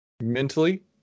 Mentally